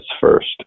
first